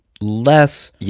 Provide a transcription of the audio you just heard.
less